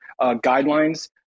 guidelines